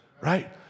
Right